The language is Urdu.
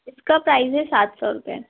اِس کا پرائز ہے سات سو روپئے